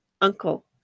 Uncle